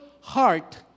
heart